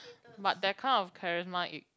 but that kind of charisma